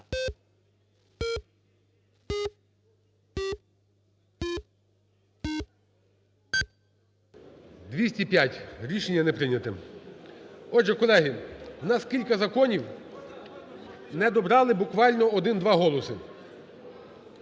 За-205 Рішення не прийнято. Отже, колеги, у нас кілька законів не добрали буквально один-два голоси.